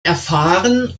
erfahren